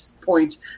point